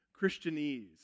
Christianese